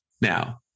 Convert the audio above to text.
Now